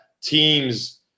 teams